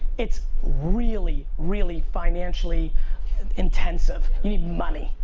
it's really, really financially intensive. you need money.